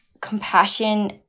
compassion